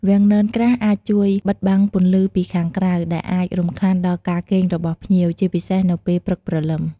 វាំងននក្រាស់អាចជួយបិទបាំងពន្លឺពីខាងក្រៅ ដែលអាចរំខានដល់ការគេងរបស់ភ្ញៀវ ជាពិសេសនៅពេលព្រឹកព្រលឹម។